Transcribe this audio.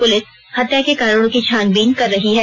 police हत्या के कारणों की छानबीन कर रही है